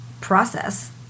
process